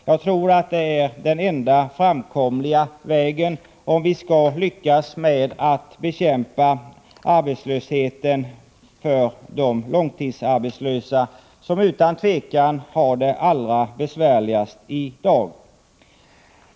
Jag tror att det är den enda framkomliga vägen, om vi skall lyckas bekämpa arbetslösheten för de långtidsarbetslösa som utan tvekan är de som har det besvärligast i dag.